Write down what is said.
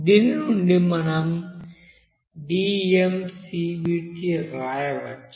దీని నుండి మనం d వ్రాయవచ్చు